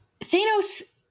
Thanos